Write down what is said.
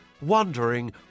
wondering